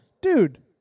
dude